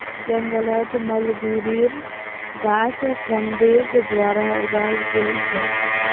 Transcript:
जंगलत मलबेरीर गाछ बडिंग द्वारा उगाल गेल छेक